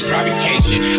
Provocation